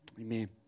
Amen